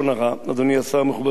מכובדי חברי הכנסת?